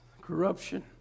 Corruption